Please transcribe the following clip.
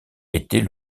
était